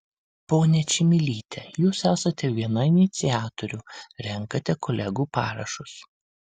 ponia čmilyte jūs esate viena iniciatorių renkate kolegų parašus